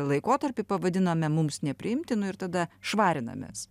laikotarpį pavadiname mums nepriimtinu ir tada švarinamės